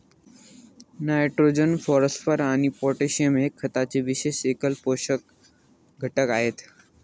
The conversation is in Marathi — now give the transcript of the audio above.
नायट्रोजन, फॉस्फरस आणि पोटॅशियम हे खताचे विशेष एकल पोषक घटक आहेत